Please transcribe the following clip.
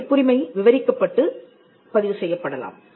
பதிப்புரிமை விவரிக்கப்பட்டுப் பதிவு செய்யப்படலாம்